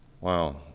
Wow